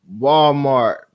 Walmart